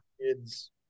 kids